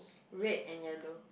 red and yellow